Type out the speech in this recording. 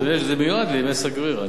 אדוני, זה מיועד לימי סגריר.